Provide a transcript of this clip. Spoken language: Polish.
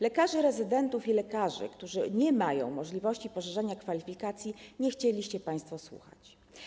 Lekarzy rezydentów i lekarzy, którzy nie mają możliwości poszerzania kwalifikacji, nie chcieliście państwo słuchać.